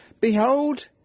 Behold